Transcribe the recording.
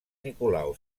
nicolau